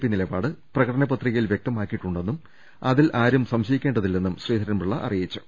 P നിലപാട് പ്രക ടന പത്രികയിൽ വൃക്തമാക്കിയിട്ടുണ്ടെന്നും അതിലാരും സംശ യിക്കേണ്ടതില്ലെന്നും ശ്രീധരൻ പിള്ള അറിയിച്ചു